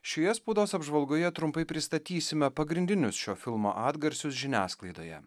šioje spaudos apžvalgoje trumpai pristatysime pagrindinius šio filmo atgarsius žiniasklaidoje